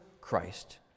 Christ